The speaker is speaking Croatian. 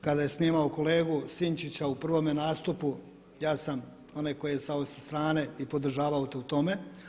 Kada je snimao kolegu Sinčića u prvome nastupu ja sam onaj koji je stajao sa strane i podržavao te u tome.